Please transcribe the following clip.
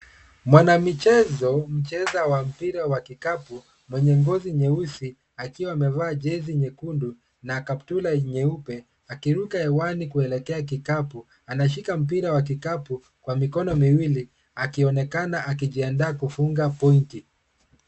Mwanamichezo, mchezaji wa mpira wa kikapu, mwenye ngozi nyeusi, akiwa amevaa jezi nyekundu na kaptula nyeupe. Anaruka hewani kuelekea kikapu, akishika mpira wa kikapu kwa mikono miwili, akionekana akijiandaa kufunga pointi.